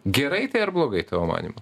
gerai tai ar blogai tavo manymu